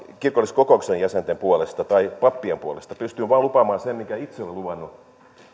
kirkolliskokouksen jäsenten puolesta tai pappien puolesta pystyn vain lupaamaan sen minkä itse olen luvannut